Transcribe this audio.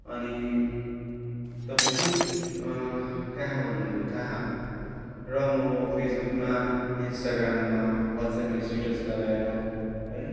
अनि तपाईँ के कहाँ भन्नु कहाँ र म फेसबुकमा इन्स्टाग्राममा वाट्सएपमा स्टेटस लगाएर है